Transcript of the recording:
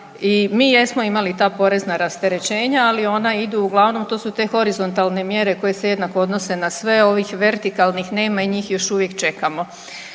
i mi jesmo imali ta porezna rasterećenja ali ona idu uglavnom, to su te horizontalne mjere koje se jednako odnose na sve. Ovih vertikalnih nema i njih još uvijek čekamo.